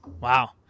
Wow